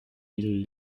mille